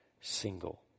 single